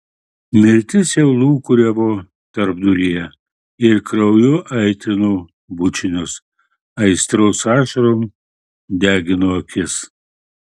mirtis jau lūkuriavo tarpduryje ir krauju aitrino bučinius aistros ašarom degino akis